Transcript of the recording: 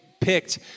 picked